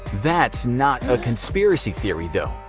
that's not a conspiracy theory, though.